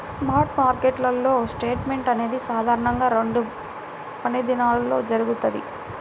spot మార్కెట్లో settlement అనేది సాధారణంగా రెండు పనిదినాల్లో జరుగుతది,